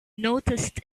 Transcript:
noticed